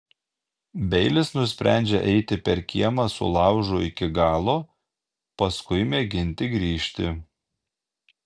beilis nusprendžia eiti per kiemą su laužu iki galo paskui mėginti grįžti